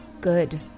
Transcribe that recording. good